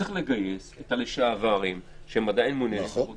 צריך לגייס אנשים שהיו במערכת בעבר ושהם עדיין מוכשרים